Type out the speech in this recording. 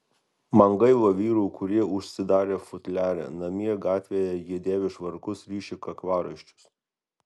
man gaila vyrų kurie užsidarę futliare namie gatvėje jie dėvi švarkus ryši kaklaraiščius